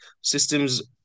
Systems